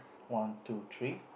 one two three